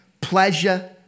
pleasure